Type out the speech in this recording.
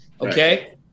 Okay